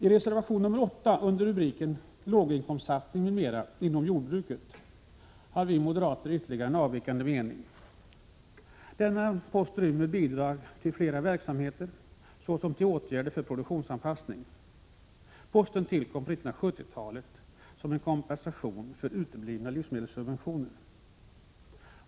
I reservation 8, som har rubriken Låginkomstsatsning m.m. inom jordbruket, har vi moderater ytterligare en avvikande mening. Denna post rymmer bidrag till flera verksamheter. Det gäller t.ex. åtgärder för produktionsanpassning. Den här posten tillkom på 1970-talet som en kompensation för uteblivna livsmedelssubventioner.